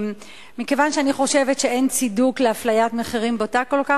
מכיוון שאני חושבת שאין צידוק לאפליית מחירים בוטה כל כך,